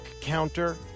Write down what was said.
counter